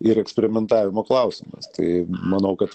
ir eksperimentavimo klausimas tai manau